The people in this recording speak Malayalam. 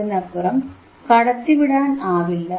അതിനപ്പുറം കടത്തിവിടാൻ ആവില്ല